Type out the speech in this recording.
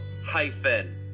hyphen